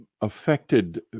affected